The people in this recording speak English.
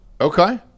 Okay